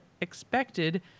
expected